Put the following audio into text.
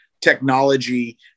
technology